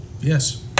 Yes